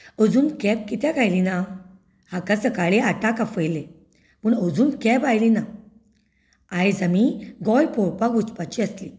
अजून कॅब कित्याक आयली ना हाका सकाळीं आठांक आपयलें पूण अजून कॅब आयली ना आयज आमी गोंय पळोवपाक वचपाचीं आसलीं